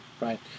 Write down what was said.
right